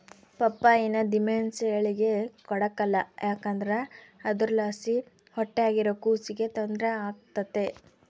ಪಪ್ಪಾಯಿನ ದಿಮೆಂಸೇಳಿಗೆ ಕೊಡಕಲ್ಲ ಯಾಕಂದ್ರ ಅದುರ್ಲಾಸಿ ಹೊಟ್ಯಾಗಿರೋ ಕೂಸಿಗೆ ತೊಂದ್ರೆ ಆಗ್ತತೆ